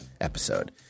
episode